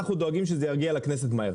אנחנו דואגים שזה יגיע לכנסת מהר.